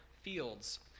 fields